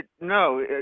no